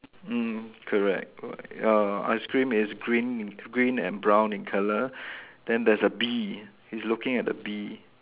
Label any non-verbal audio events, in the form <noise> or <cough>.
mm correct <noise> your ice cream is green in green and brown in colour then there's a bee he's looking at the bee